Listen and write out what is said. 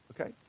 Okay